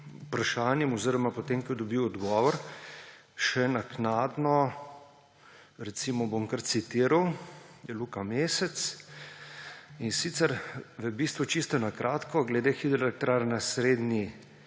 vprašanjem oziroma potem ko je dobil odgovor še naknadno – bom kar citiral. Luka Mesec, in sicer: »V bistvu čisto na kratko. Glede hidroelektrarn na srednji